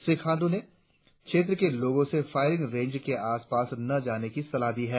श्री खांडू ने क्षेत्र के लोगों से फायरिंग रेंज के आसपास न जाने की सलाह दी है